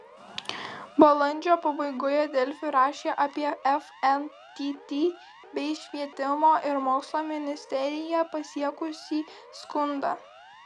balandžio pabaigoje delfi rašė apie fntt bei švietimo ir mokslo ministeriją pasiekusį skundą